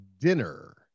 dinner